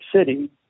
City